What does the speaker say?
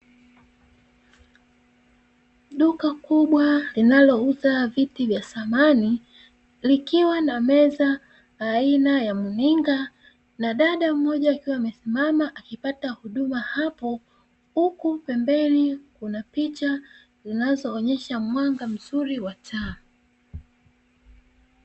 Duka kubwa linalouza vitu vya samani likiwa na meza aina ya mninga na dada mmoja akiwa amesimama akipata huduma hapo huku pembeni kuna picha zinazoonyesha mwanga mzuri wa taa.